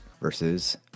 Versus